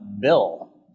Bill